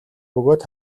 бөгөөд